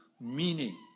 meaning